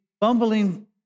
bumbling